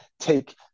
take